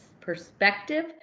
perspective